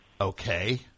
Okay